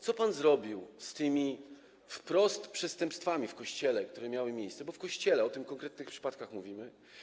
Co pan zrobił z tymi wprost przestępstwami w Kościele, które miały miejsce, bo o Kościele, o tych konkretnych przypadkach mówimy?